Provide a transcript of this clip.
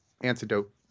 antidote